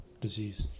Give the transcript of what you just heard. disease